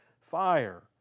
fire